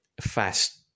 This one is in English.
fast